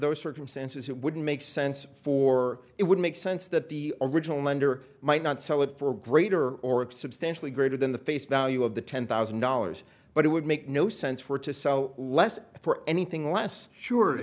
those circumstances it wouldn't make sense for it would make sense that the original lender might not sell it for a greater or substantially greater than the face value of the ten thousand dollars but it would make no sense for to sell less for anything less sure